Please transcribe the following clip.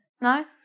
No